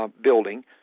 building